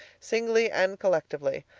singly and collectively.